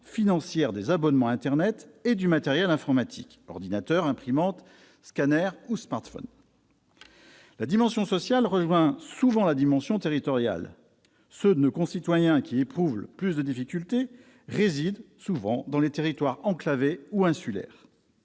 financière aux abonnements à internet et au matériel informatique : ordinateurs, imprimantes, scanners ou smartphone. La dimension sociale rejoint souvent la dimension territoriale. Ceux de nos concitoyens qui éprouvent le plus de difficultés résident souvent dans les territoires enclavés ou insulaires.